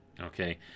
okay